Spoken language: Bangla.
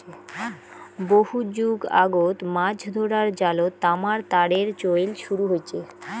বহু যুগ আগত মাছ ধরার জালত তামার তারের চইল শুরু হইচে